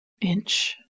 inch